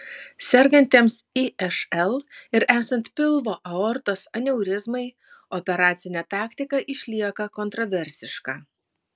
sergantiems išl ir esant pilvo aortos aneurizmai operacinė taktika išlieka kontraversiška